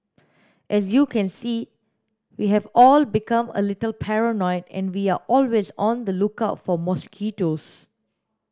as you can see we have all become a little paranoid and we're always on the lookout for mosquitoes